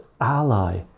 ally